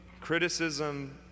criticism